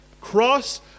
cross